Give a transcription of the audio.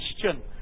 question